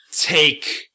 take